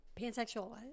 pansexual